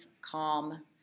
Calm